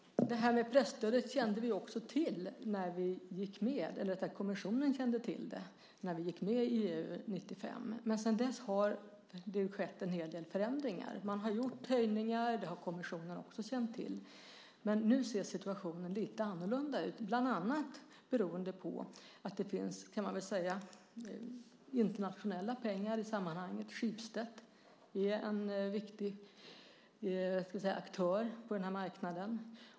Kommissionen kände till frågan om presstödet när vi gick med i EU 1995. Men sedan dess har det skett en hel del förändringar. Höjningar har gjorts, och det har kommissionen också känt till. Men nu ser situationen lite annorlunda ut, bland annat beroende på att det finns internationella pengar i sammanhanget. Schibsted är en viktig aktör på marknaden.